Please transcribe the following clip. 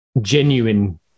genuine